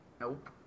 Nope